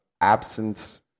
Absence